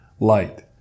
Light